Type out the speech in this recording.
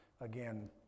Again